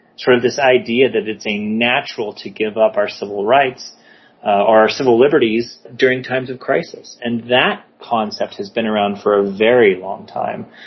sort of this idea that it's a natural to give up our civil rights or our civil liberties during times of crisis, and that concept has been around for a very long time,